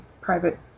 private